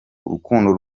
urukundo